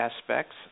aspects